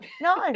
No